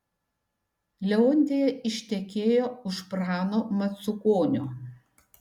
leontija ištekėjo už prano macukonio